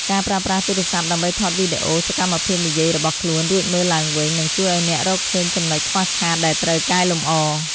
ការប្រើប្រាស់ទូរស័ព្ទដើម្បីថតវីដេអូសកម្មភាពនិយាយរបស់ខ្លួន រួចមើលឡើងវិញ នឹងជួយឱ្យអ្នករកឃើញចំណុចខ្វះខាតដែលត្រូវកែលម្អ។